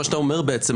מה שאתה אומר בעצם,